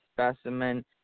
specimen